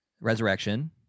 Resurrection